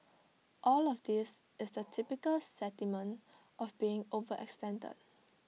all of this is the typical sentiment of being overextended